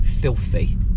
filthy